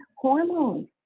hormones